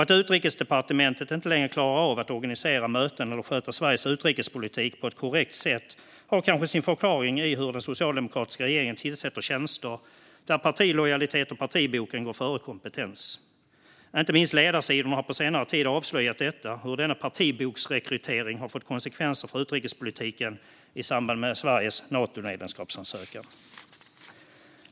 Att Utrikesdepartementet inte längre klarar av att organisera möten eller sköta Sveriges utrikespolitik på ett korrekt sätt har kanske sin förklaring i hur den socialdemokratiska regeringen tillsätter tjänster där partilojalitet och partibok går före kompetens. Inte minst Ledarsidorna.se har på senare tid avslöjat detta och hur denna partiboksrekrytering har fått konsekvenser för utrikespolitiken i samband med Sveriges Natomedlemskapsansökan.